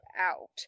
out